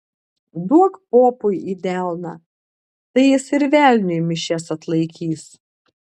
duok popui į delną tai jis ir velniui mišias atlaikys